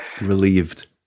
relieved